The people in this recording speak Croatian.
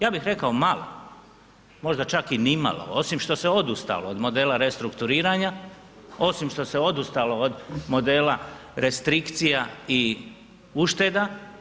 Ja bih rekao malo, možda čak nimalo osim što se odustalo od modela restrukturiranja, osim što se odustalo od modela restrikcija i ušteda.